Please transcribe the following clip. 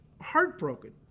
heartbroken